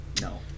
No